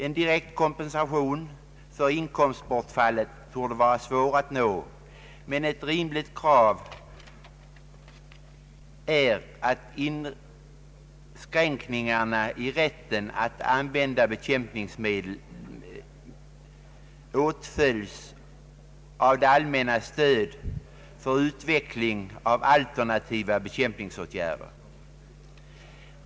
En direkt kompensation för inkomstbortfallet torde vara svår att nå, men ett rimligt krav är att inskränkningarna i rätten att använda bekämpningsmedlen åtföljes av det allmännas stöd för utveckling av alternativa bekämpningsåtgärder.